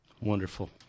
Wonderful